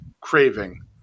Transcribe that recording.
craving